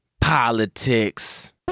Politics